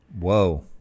Whoa